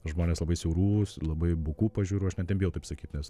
žmonės labai siaurų labai bukų pažiūrų aš net nebijau taip sakyt nes